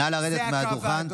נא לרדת מהדוכן.